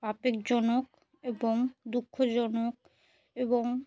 আবেগজনক এবং দুঃখজনক এবং